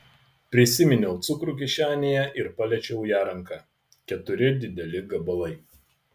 prisiminiau cukrų kišenėje ir paliečiau ją ranka keturi dideli gabalai